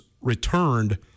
returned